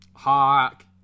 Hawk